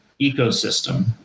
ecosystem